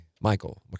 Michael